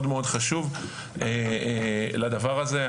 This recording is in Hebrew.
מאוד מאוד חשוב לדבר הזה.